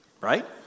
right